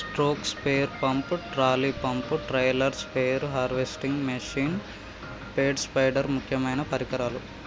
stroke sprayer pump, trolley pump, trailer spare, harvesting machine, పేడ spider ముక్యమైన పరికరాలు